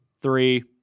three